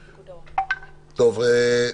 תודה.